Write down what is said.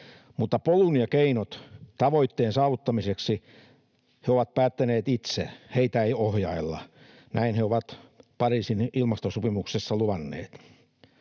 mutta polun ja keinot tavoitteen saavuttamiseksi he ovat päättäneet itse, heitä ei ohjailla — näin he ovat Pariisin ilmastosopimuksessa luvanneet.